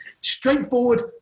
Straightforward